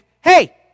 hey